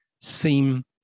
seem